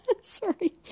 Sorry